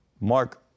Mark